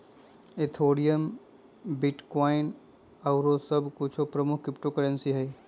Ethereum, bitcoin आउरो सभ कुछो प्रमुख क्रिप्टो करेंसी हइ